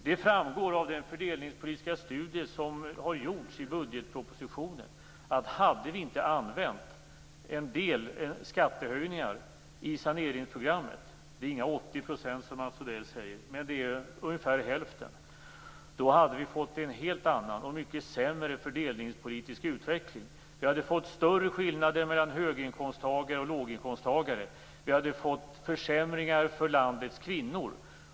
Detta framgår av den fördelningspolitiska studie som har gjorts i budgetpropositionen. Hade vi inte använt en del skattehöjningar i saneringsprogrammet - det är inte fråga om några 80 % som Mats Odell talar om, utan det rör sig och ungefär hälften - skulle det ha blivit en helt annan och mycket sämre fördelningspolitisk utveckling. Det hade blivit större skillnader mellan höginkomsttagare och låginkomsttagare och det hade inneburit försämringar för landets kvinnor.